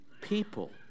people